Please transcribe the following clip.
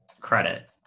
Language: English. credit